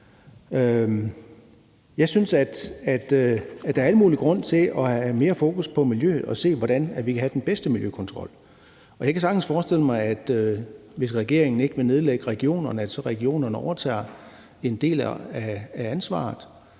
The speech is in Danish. Jeg synes, at der er al mulig grund til at have mere fokus på miljø og se på, hvordan vi kan have den bedste miljøkontrol. Og jeg kan sagtens forestille mig, at regionerne, hvis regeringen ikke vil nedlægge dem, overtager en del af ansvaret.